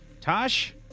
tosh